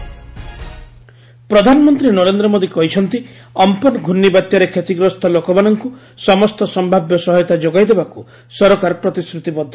PM cyclone ପ୍ରଧାନମନ୍ତ୍ରୀ ନରେନ୍ଦ୍ର ମୋଦୀ କହିଛନ୍ତି Amphan ଘର୍ଷ୍ଣି ବାତ୍ୟାରେ କ୍ଷତିଗ୍ରସ୍ତ ଲୋକମାନଙ୍କୁ ସମସ୍ତ ସମ୍ଭାବ୍ୟ ସହାୟତା ଯୋଗାଇ ଦେବାକୁ ସରକାର ପ୍ରତିଶ୍ରତିବଦ୍ଧ